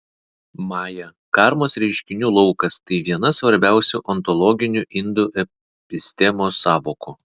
maja karmos reiškinių laukas tai viena svarbiausių ontologinių indų epistemos sąvokų